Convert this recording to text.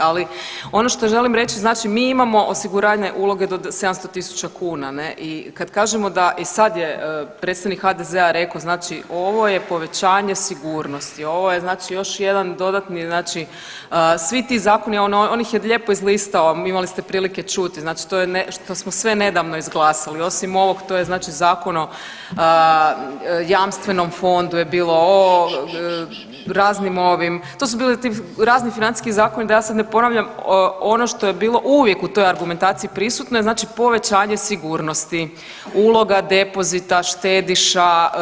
Ali ono što želim reći, znači mi imamo osiguranje uloga do 700.000 kuna i kad kažemo i sad je predstavnik HDZ-a rekao ovo je povećanje sigurnosti, ovo je još jedan dodatni znači svi ti zakoni on ih je lijepo izlistao imali ste prilike čuti, znači što smo sve nedavno izglasali, osim ovog to je znači Zakon o jamstvenom fondu, o raznim ovim to su bili razni financijski zakoni da ja sad ne ponavljam, ono što je uvijek bilo u toj argumentaciji prisutno je znači povećanje sigurnosti uloga, depozita, štediša.